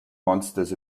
monsters